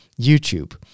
YouTube